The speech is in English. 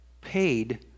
paid